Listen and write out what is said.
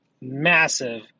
massive